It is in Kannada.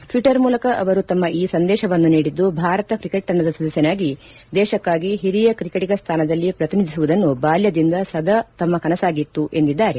ಟ್ವೀಟ್ಸರ್ ಮೂಲಕ ಅವರು ತಮ್ಮ ಈ ಸಂದೇಶವನ್ನು ನೀಡಿದ್ದು ಭಾರತ ಕ್ರಿಕೆಟ್ ತಂಡದ ಸದಸ್ಯನಾಗಿ ದೇಶಕ್ಕಾಗಿ ಹಿರಿಯ ಕ್ರಿಕೆಟಿಗ ಸ್ಣಾನದಲ್ಲಿ ಪ್ರತಿನಿಧಿಸುವುದು ಬಾಲ್ಯದಿಂದ ಸದಾ ತಮ್ಮ ಕನಸಾಗಿತ್ತು ಎಂದಿದ್ದಾರೆ